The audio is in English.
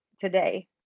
today